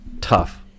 tough